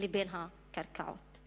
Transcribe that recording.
לבין הקרקעות.